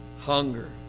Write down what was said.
hunger